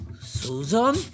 Susan